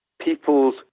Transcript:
peoples